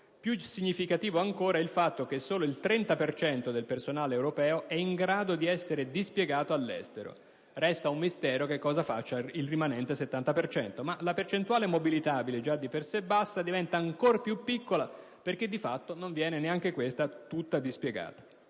Più significativo ancora è il fatto che solo il 30 per cento del personale europeo è in grado di essere dispiegato all'estero: resta un mistero che cosa faccia il rimanente 70 per cento. Ma la percentuale mobilitabile, già di per sé bassa, diventa ancor più piccola, perché, di fatto, non viene neanche questa tutta dispiegata: